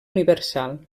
universal